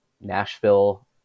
Nashville